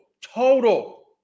total